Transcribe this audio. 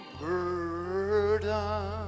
burden